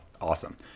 Awesome